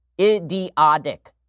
Idiotic